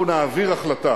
אנחנו נעביר החלטה